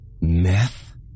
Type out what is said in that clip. Meth